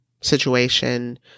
situation